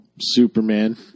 Superman